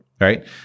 right